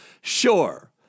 Sure